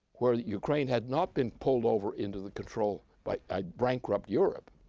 where ukraine had not been pulled over into the control by a bankrupt europe,